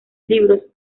libros